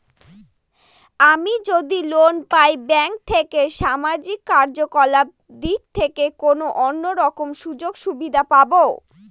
আমি যদি লোন পাই ব্যাংক থেকে সামাজিক কার্যকলাপ দিক থেকে কোনো অন্য রকম সুযোগ সুবিধা পাবো?